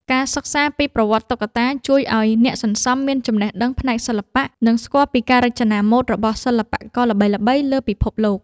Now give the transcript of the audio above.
ការសិក្សាពីប្រវត្តិតុក្កតាជួយឱ្យអ្នកសន្សំមានចំណេះដឹងផ្នែកសិល្បៈ និងស្គាល់ពីការរចនាម៉ូដរបស់សិល្បករល្បីៗលើពិភពលោក។